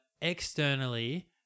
externally